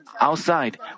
outside